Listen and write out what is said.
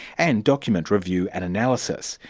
and document review and analysis.